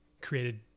created